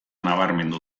nabarmendu